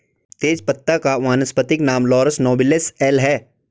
तेजपत्ता का वानस्पतिक नाम लॉरस नोबिलिस एल है